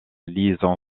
liaison